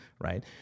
right